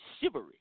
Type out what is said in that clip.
shivery